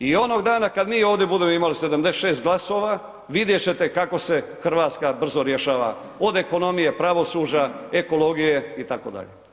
I onog dana kad mi ovdje budemo imali 76 glasova, vidjet ćete kako se Hrvatska brzo rješava, od ekonomije, pravosuđa, ekologije itd.